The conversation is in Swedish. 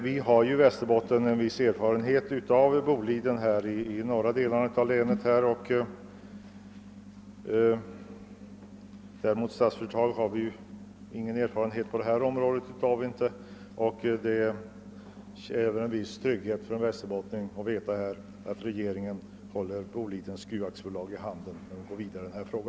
Vi har ju i de norra delarna av Västerbottens län en viss erfarenhet av detta företag. Däremot har vi ingen erfarenhet av Statsföretag på detta område, och det är väl en viss trygghet för en västerbottning att veta att regeringen håller Bolidens gruvaktiebolag i handen när den går vidare i denna fråga.